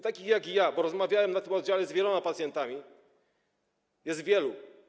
Takich jak ja - bo rozmawiałem na tym oddziale z wieloma pacjentami - jest wielu.